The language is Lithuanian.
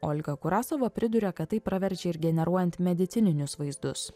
olga kurasova priduria kad tai praverčia ir generuojant medicininius vaizdus